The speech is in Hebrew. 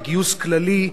בגיוס כללי,